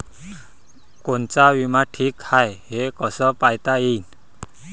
कोनचा बिमा ठीक हाय, हे कस पायता येईन?